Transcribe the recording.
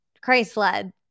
Christ-led